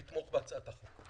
לתמוך בהצעת החוק.